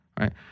right